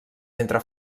mentre